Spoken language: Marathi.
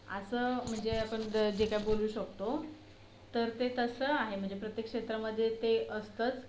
असं म्हणजे आपण जे काय बोलू शकतो तर ते तसं आहे म्हणजे प्रत्येक क्षेत्रामध्ये ते असतंच